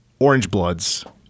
OrangeBloods